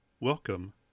Welcome